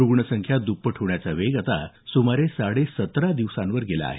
रुग्णसंख्या द्प्पट होण्याचा वेग आता सुमारे साडे सतरा दिवसांवर गेला आहे